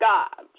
God